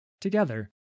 Together